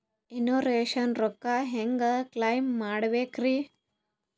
Insurance ರೊಕ್ಕ ಹೆಂಗ claim ಮಾಡ್ಬೇಕ್ರಿ?